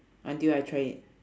until I try it